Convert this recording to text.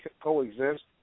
coexist